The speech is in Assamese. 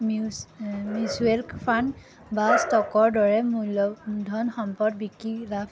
মিউচুৱেল ফাণ্ড বা ষ্টকৰ দৰে মূল্যধন সম্পদ বিক্ৰী লাভ